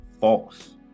false